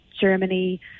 Germany